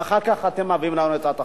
ואחר כך אתם מביאים לנו את הצעת החוק.